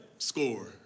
score